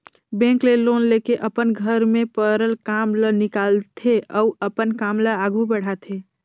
bank ले loan लेके अपन घर में परल काम ल निकालथे अउ अपन काम ल आघु बढ़ाथे